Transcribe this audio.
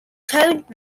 tuned